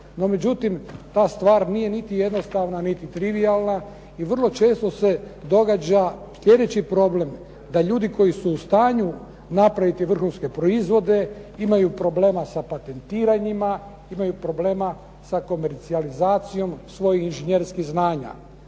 međutim, ta stvar nije niti jednostavna niti trivijalna i vrlo često se događa sljedeći problem, da ljudi koji su u stanju napraviti vrhunske proizvode imaju problema sa patentiranjima, imaju problema sa komercijalizacijom svojih inžinjerskih znanja.